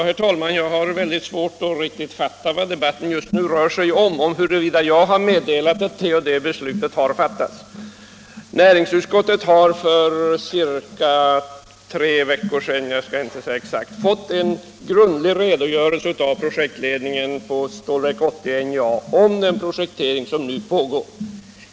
Herr talman! Jag har mycket svårt att riktigt fatta varför debatten just nu rör sig om huruvida jag har meddelat att det och det beslutet har fattats. Näringsutskottet har för ca tre veckor sedan fått en grundlig redogörelse av projektledningen för Stålverk 80 och NJA om den projektering som nu pågår.